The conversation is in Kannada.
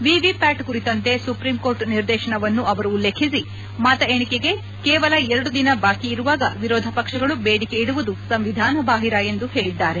ವಿವಿಪ್ಟಾಟ್ ಕುರಿತಂತೆ ಸುಪ್ರೀಂಕೋರ್ಟ್ ನಿರ್ದೇಶನವನ್ನೂ ಅವರು ಉಲ್ಲೇಖಿಸಿ ಮತ ಎಣಿಕೆಗೆ ಕೇವಲ ಎರಡು ದಿನ ಬಾಃ ಇರುವಾಗ ವಿರೋಧಪಕ್ಷಗಳು ಬೇಡಿಕೆ ಇಡುವುದು ಸಂವಿಧಾನ ಬಾಹಿರ ಎಂದರು